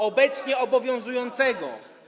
obecnie obowiązującego.